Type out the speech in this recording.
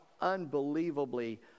unbelievably